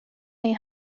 این